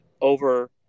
over